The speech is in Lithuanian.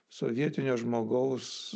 sovietinio žmogaus